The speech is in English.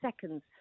seconds